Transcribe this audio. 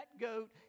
goat